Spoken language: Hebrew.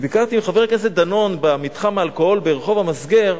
ביקרתי עם חבר הכנסת דנון במתחם האלכוהול ברחוב המסגר,